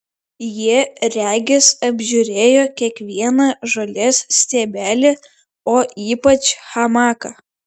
jie regis apžiūrėjo kiekvieną žolės stiebelį o ypač hamaką